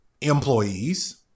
employees